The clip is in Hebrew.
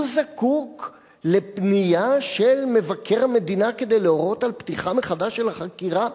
הוא זקוק לפנייה של מבקר המדינה כדי להורות על פתיחה מחדש של החקירה?